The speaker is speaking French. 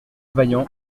vaillant